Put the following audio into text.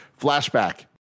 flashback